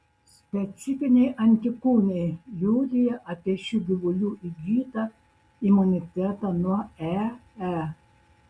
specifiniai antikūnai liudija apie šių gyvulių įgytą imunitetą nuo ee